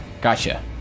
gotcha